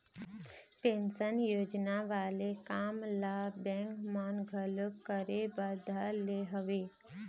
pension योजना वाले काम ल बेंक मन घलोक करे बर धर ले हवय